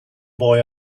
boy